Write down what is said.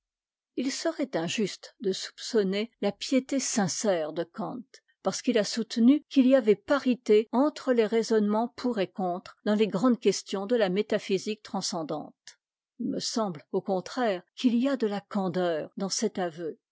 h serait injuste de soupçonner la piété sincère de kant parce qu'il a soutenu qu'il y avait parité entre les raisonnements pour et contre dans les grandes questions de la métaphysique transcendante il me semble au contraire qu'il y a de la candeur dans cet aveu